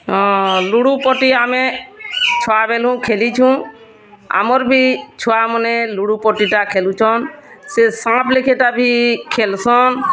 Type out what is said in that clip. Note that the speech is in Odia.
ଲୁଡ଼ୁ ପଟି ଆମେ ଛୁଆବେଲୁଁ ଖେଲିଛୁଁ ଆମର୍ ବି ଛୁଆମାନେ ଲୁଡ଼ୁ ପଟିଟା ଖେଲୁଛନ୍ ସେ ସାଁପ୍ ଲେଖେଟା ବି ଖେଲ୍ସନ୍